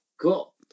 Cool